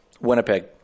Winnipeg